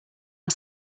are